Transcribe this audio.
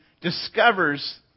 discovers